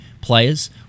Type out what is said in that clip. Players